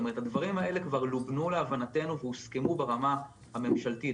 הדברים האלה כבר לובנו להבנתו והוסכמו ברמה הממשלתית,